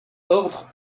ordre